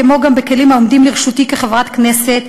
כמו גם בכלים העומדים לרשותי כחברת הכנסת,